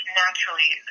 naturally